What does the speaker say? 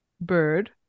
bird